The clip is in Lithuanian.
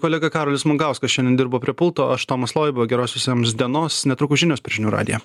kolega karolis mankauskas šiandien dirbo prie pulto aš tomas loiba geros visiems dienos netrukus žinios per žinių radiją